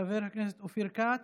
חבר כנסת אופיר כץ,